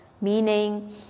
meaning